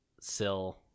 sill